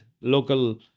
local